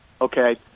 okay